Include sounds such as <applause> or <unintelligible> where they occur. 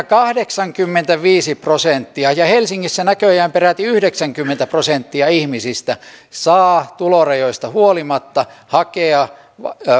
<unintelligible> kahdeksankymmentäviisi prosenttia ja helsingissä näköjään peräti yhdeksänkymmentä prosenttia ihmisistä saa tulorajoista huolimatta hakea